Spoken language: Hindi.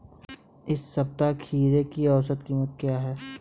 इस सप्ताह खीरे की औसत कीमत क्या है?